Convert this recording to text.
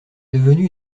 devenu